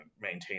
maintain